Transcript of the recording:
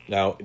Now